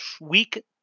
week